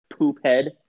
poophead